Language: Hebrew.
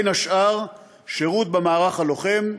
בין השאר, שירות במערך הלוחם,